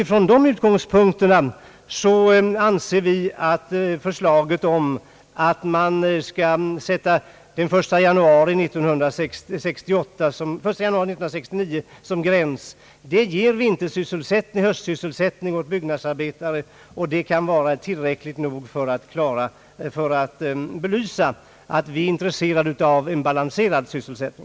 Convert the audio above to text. Från denna utgångspunkt anser vi att förslaget om den 1 januari 1969 som gräns ger höstsysselsättning åt byggnadsarbetare. Detta kan vara tillräckligt för att belysa att vi är intresserade av en balanserad sysselsättning.